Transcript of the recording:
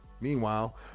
Meanwhile